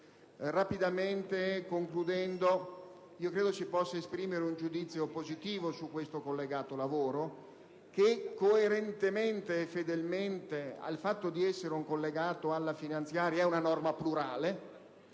Presidente)*. Concludendo, credo si possa esprimere un giudizio positivo su questo collegato lavoro, che, coerentemente e conformemente al fatto di essere un collegato alla finanziaria, reca una normativa plurale